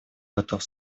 готов